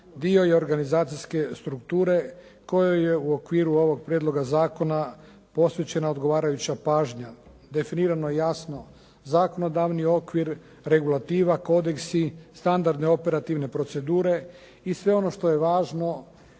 dio je organizacijske strukture kojoj je u okviru ovog prijedloga zakona posvećena odgovarajuća pažnja. Definirano je jasno zakonodavni okvir, regulativa, kodeksi, standardne operativne procedure i sve ono što je važno